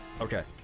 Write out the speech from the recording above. Okay